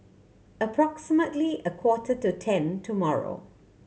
approximately a quarter to ten tomorrow